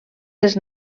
les